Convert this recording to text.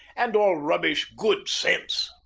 and all rubbish good sense.